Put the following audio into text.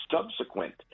subsequent